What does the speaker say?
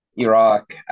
Iraq